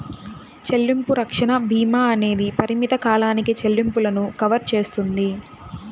చెల్లింపు రక్షణ భీమా అనేది పరిమిత కాలానికి చెల్లింపులను కవర్ చేస్తుంది